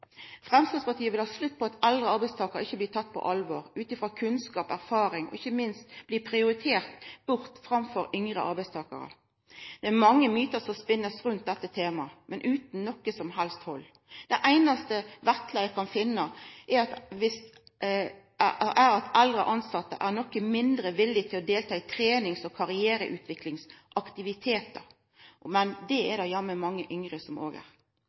Framstegspartiet vil ha slutt på at eldre arbeidstakarar ikkje blir tekne på alvor, ut frå kunnskap og erfaring, og – ikkje minst – blir prioriterte bort framfor yngre arbeidstakarar. Det er mange mytar som blir spunne rundt dette temaet, men utan noko som helst hald. Det einaste vesle eg kan finna, er at eldre tilsette er noko mindre villige til å ta del i trenings- og karriereutviklingsaktivitetar. Men det er det jammen mange yngre som òg er. Jobbmotivasjon, jobbinvolvering og